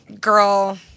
girl